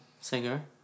singer